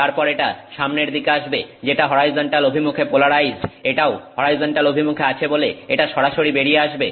তারপর এটা সামনের দিকে আসবে যেটা হরাইজন্টাল অভিমুখে পোলারাইজড এটাও হরাইজন্টাল অভিমুখে আছে বলে এটা সরাসরি বেরিয়ে আসবে